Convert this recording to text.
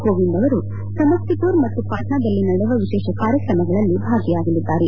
ಕೋವಿಂದ್ ಅವರು ಸಮಿಷ್ಟಿ ಪುರ ಮತ್ತು ಪಾಟ್ನಾದಲ್ಲಿ ನಡೆವ ಕಾರ್ಯಕ್ರಮಗಳಲ್ಲಿ ಭಾಗಿಯಾಗಲಿದ್ದಾರೆ